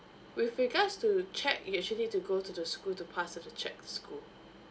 with regards to cheque you actually need to go to the school to pass the cheque to the school